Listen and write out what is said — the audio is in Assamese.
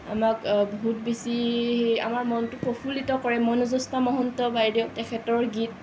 আমাক বহুত বেছি আমাৰ মনটো প্ৰফুল্লিত কৰে মনুজ্যোৎস্না মহন্ত বাইদেউ তেখেতৰ গীত